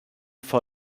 for